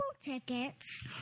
tickets